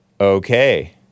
Okay